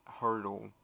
hurdle